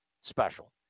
special